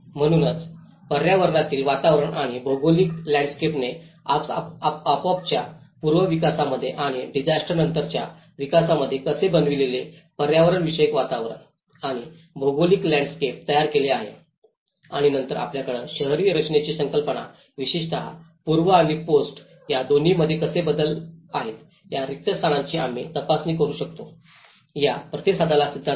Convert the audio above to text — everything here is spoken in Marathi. म्हणूनच पर्यावरणीय वातावरण आणि भौगोलिक लँडस्केपने आपोआपच्या पूर्व विकासामध्ये आणि डिसास्टर नंतरच्या विकासामध्ये कसे बनविलेले पर्यावरणविषयक वातावरण आणि भौगोलिक लँडस्केप तयार केले आहे आणि नंतर आपल्याकडे शहरी रचनेची संकल्पना विशेषतः पूर्व आणि पोस्ट या दोन्हीमध्ये हे कसे बदलत आहे या रिक्त स्थानांची आम्ही तपासणी कशी करू शकतो या प्रतिसादाचा सिद्धांत